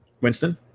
Winston